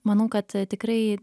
manau kad tikrai